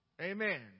Amen